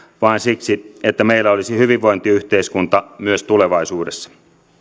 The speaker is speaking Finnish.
vaan siksi että meillä olisi hyvinvointiyhteiskunta myös tulevaisuudessa